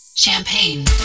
Champagne